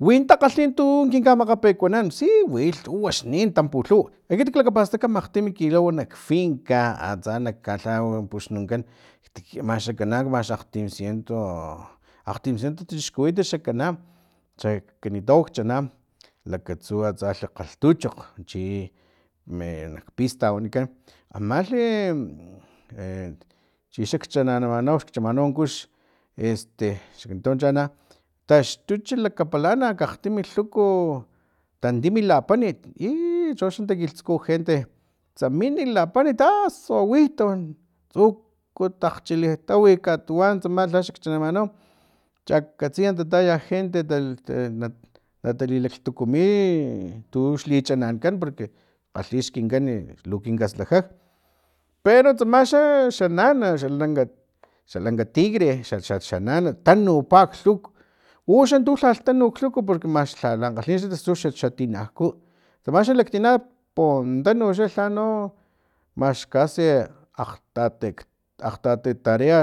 Win takgalhin tu kin kamakgapekuanan si wi lhuwaxnin tampulhuw ekitik lakapastak makgtimi kilaw nak finka atsa naka lha puxnunkan a max xkana akgtimciento akgtimciento tachixkuwitat xa kana xa kanitaw chanana lakatsu atsa lha kgalhtuchokg chi me nak pista wanikan amalhi e chi xak chanananau xchamanau kux este xkanitau chanana taxtux lakapalana kgatin lhuk tantim lapanit i cho axni takiltsuku gente tsamini lapanit asu awi tawan tsuku ta akgchilitawi katuwan tsama lhax chanamanau chakatsiya taya gente natali laklhtukumi tux luchanankan porque kglhix kunkan lu kinkaslajaj pero tsamaxa xa nana lanka xa lanka tigre xa xa nana tanupa klhuk uxan lhalh tanu klhuk porque max lhalankgalhin taxtu xa tinaku tsamaxa xalaktina pontanu lhano max kasi akgtati akgtati tarea